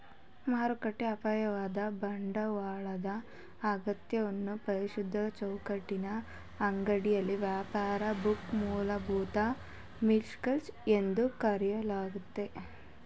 ಮಾರುಕಟ್ಟೆ ಅಪಾಯದ ಬಂಡವಾಳದ ಅಗತ್ಯವನ್ನ ಪರಿಷ್ಕೃತ ಚೌಕಟ್ಟಿನ ಅಡಿಯಲ್ಲಿ ವ್ಯಾಪಾರ ಬುಕ್ ಮೂಲಭೂತ ವಿಮರ್ಶೆ ಎಂದು ಕರೆಯಲಾಗುತ್ತೆ